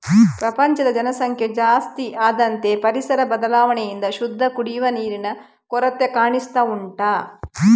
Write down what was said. ಪ್ರಪಂಚದ ಜನಸಂಖ್ಯೆಯು ಜಾಸ್ತಿ ಆದಂತೆ ಪರಿಸರ ಬದಲಾವಣೆಯಿಂದ ಶುದ್ಧ ಕುಡಿಯುವ ನೀರಿನ ಕೊರತೆ ಕಾಣಿಸ್ತಾ ಉಂಟು